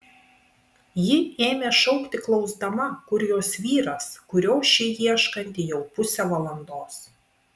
ji ėmė šaukti klausdama kur jos vyras kurio ši ieškanti jau pusę valandos